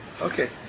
Okay